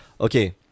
okay